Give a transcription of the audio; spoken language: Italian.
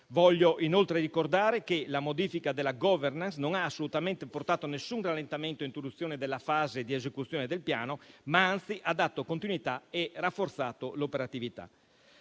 Voglio inoltre ricordare che la modifica della *governance* non ha assolutamente portato alcun rallentamento o interruzione della fase di esecuzione del Piano, ma anzi ha dato continuità e rafforzato l'operatività.